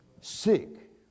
sick